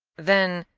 then,